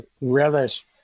relish